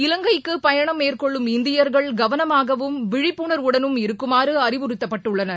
இலங்கைக்கு பயணம் மேற்கொள்ளும் இந்தியர்கள் கவனமாகவும் விழிப்புணர்வுடலும் இருக்குமாறு அறிவுறுத்தப்பட்டுள்ளனர்